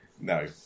No